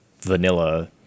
vanilla